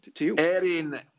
Erin